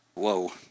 Whoa